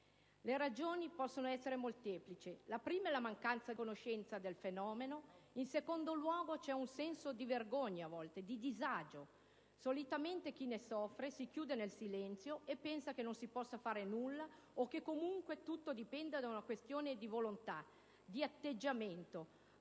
Le ragioni possono essere molteplici. La prima è la mancanza di conoscenza del fenomeno e, in secondo luogo, vi è un senso di vergogna e di disagio. Solitamente, chi ne soffre si chiude nel silenzio e pensa che non si possa fare nulla o che, comunque, tutto dipenda da una questione di volontà. Atteggiamento